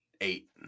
Eight